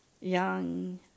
young